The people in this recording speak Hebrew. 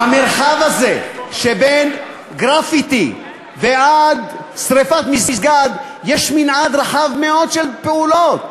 במרחב הזה שמגרפיטי ועד שרפת מסגד יש מנעד רחב מאוד של פעולות,